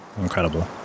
Incredible